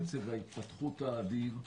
קצב ההתפתחות האדיר,